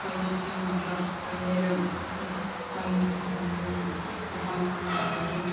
कहलिए कि मतलब पनीर पनीरके सबजी बनाउ लेकिन